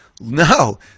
no